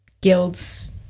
guilds